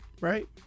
right